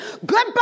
Goodbye